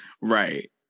Right